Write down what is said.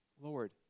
Lord